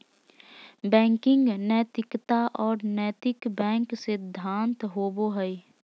banking नैतिकता और नैतिक बैंक सिद्धांत होबो हइ